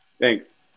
Thanks